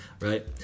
right